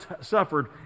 suffered